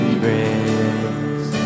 grace